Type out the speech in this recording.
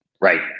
Right